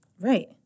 Right